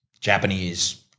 japanese